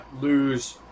lose